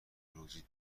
روزی